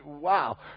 Wow